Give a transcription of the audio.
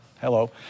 Hello